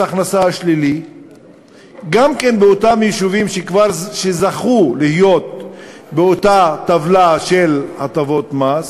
ההכנסה השלילי גם באותם יישובים שזכו להיות באותה טבלה של הטבות מס,